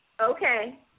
Okay